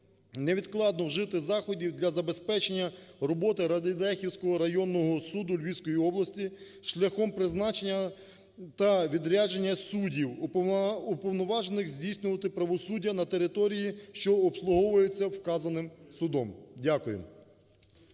невідкладно вжити заходів для забезпечення роботи Радехівського районного суду Львівської області шляхом призначення та відрядження суддів уповноважених здійснювати правосуддя на території, що обслуговується вказаним судом. Дякую.